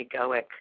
egoic